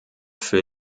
für